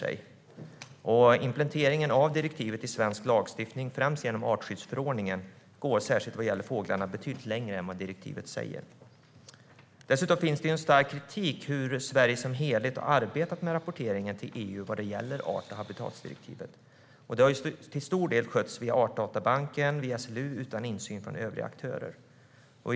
Vid implementeringen av direktivet i svensk lagstiftning - främst genom artskyddsförordningen - går man betydligt längre än vad direktivet säger, särskilt när det gäller fåglarna. Dessutom finns det en stark kritik mot hur Sverige som helhet har arbetat med rapporteringen till EU om art och habitatsdirektivet. Det har till stor del skötts via Artdatabanken och via SLU utan insyn från övriga aktörer.